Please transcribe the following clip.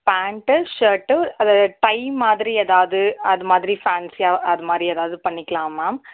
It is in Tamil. பேண்ட்டு ஷர்ட்டு அதாவது டை மாதிரி ஏதாவது அதுமாதிரி ஃபேன்சியாக அதுமாதிரி ஏதாவது பண்ணிக்கலாம் மேம்